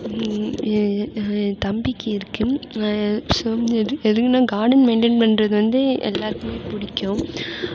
என் தம்பிக்கு இருக்குது எதுக்குனால் garden maintain பண்ணுறது வந்து எல்லாேருக்குமே பிடிக்கும்